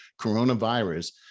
coronavirus –